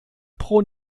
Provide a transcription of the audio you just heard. pro